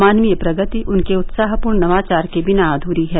मानवीय प्रगति उनके उत्साहपूर्ण नवाचार के बिना असूरी है